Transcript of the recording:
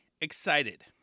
excited